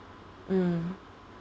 mm